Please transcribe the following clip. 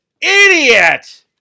idiot